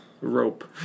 Rope